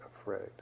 afraid